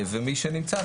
ומי שנמצא,